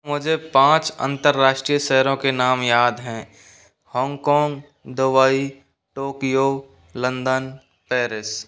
मुझे पाँच अंतरराष्ट्रीयों शहरो के नाम याद हैं Hong Kong Dubai Tokyo London Paris